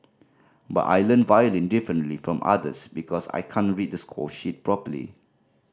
but I learn violin differently from others because I can't read the score sheet properly